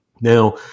Now